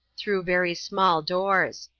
through very small doors.